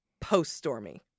post-Stormy